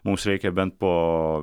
mums reikia bent po